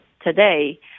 today